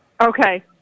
Okay